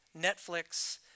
Netflix